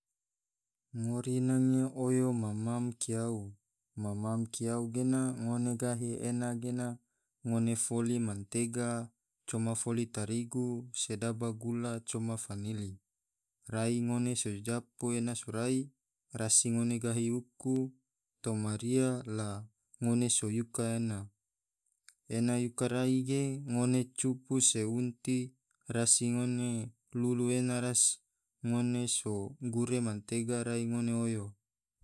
Ngori nange oyo mam-mam kiau, mam-mam kiau gena ngone gahi ena gena, ngone foli mantega, coma foli tarigu, sedaba gula coma fanili, rai ngone so japu ena sorai rasi ngone gahi uku toma ria la ngone so yuka ena, ena yuka rai ge, ngone cupu se unti rasi ngone flulu ena ras, ngone so gure mantega rai ngone oyo.